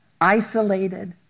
isolated